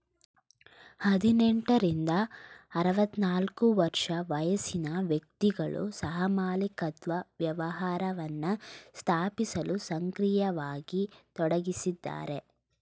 ಹದಿನೆಂಟ ರಿಂದ ಆರವತ್ತನಾಲ್ಕು ವರ್ಷ ವಯಸ್ಸಿನ ವ್ಯಕ್ತಿಗಳು ಸಹಮಾಲಿಕತ್ವ ವ್ಯವಹಾರವನ್ನ ಸ್ಥಾಪಿಸಲು ಸಕ್ರಿಯವಾಗಿ ತೊಡಗಿಸಿದ್ದಾರೆ